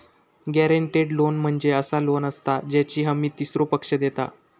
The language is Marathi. गॅरेंटेड लोन म्हणजे असा लोन असता ज्याची हमी तीसरो पक्ष देता